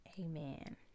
amen